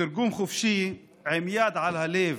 בתרגום חופשי: עם יד על הלב,